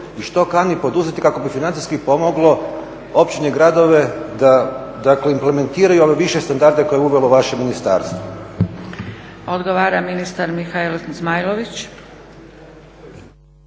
i što kani poduzeti kako bi financijski pomoglo općine i gradove da, dakle implementiraju ove više standarde koje je uvelo vaše ministarstvo. **Zgrebec, Dragica (SDP)** Odgovara ministar Mihael Zmajlović.